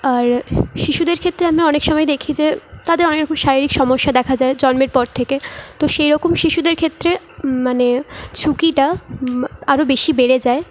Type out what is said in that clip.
আর শিশুদের ক্ষেত্রে আমরা অনেক সময় দেখি যে তাদের অনেক রকম শারীরিক সমস্যা দেখা যায় জন্মের পর থেকে তো সেই রকম শিশুদের ক্ষেত্রে মানে ঝুঁকিটা আরও বেশি বেড়ে যায়